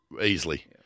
easily